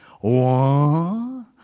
One